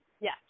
Yes